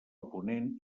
ponent